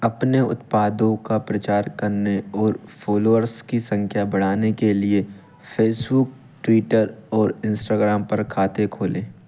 अपने उत्पादों का प्रचार करने और फॉलोअर्स की संख्या बढ़ाने के लिए फेसबुक ट्विटर और इंस्टाग्राम पर खाते खोलें